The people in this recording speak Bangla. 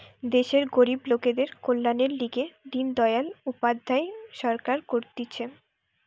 দেশের গরিব লোকদের কল্যাণের লিগে দিন দয়াল উপাধ্যায় সরকার করতিছে